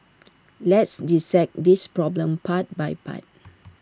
let's dissect this problem part by part